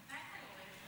מתי אתה יורד?